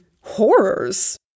Horrors